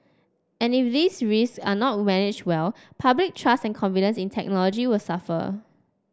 and if these risk are not managed well public trust and confidence in technology will suffer